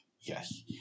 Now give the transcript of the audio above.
Yes